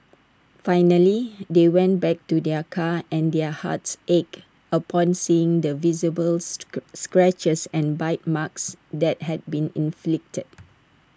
finally they went back to their car and their hearts ached upon seeing the visible scratches and bite marks that had been inflicted